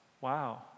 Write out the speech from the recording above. wow